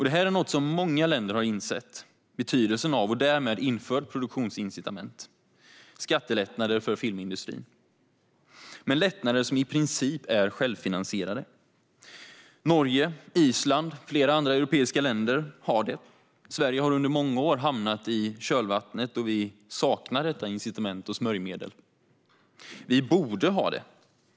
Detta är något många länder har insett betydelsen av och därmed infört produktionsincitament såsom skattelättnader för filmindustrin - lättnader som i princip är självfinansierade. Norge, Island och flera andra europeiska länder har det, men Sverige befinner sig sedan många år i kölvattnet då vi saknar detta incitament och smörjmedel. Vi borde ha det.